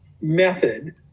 method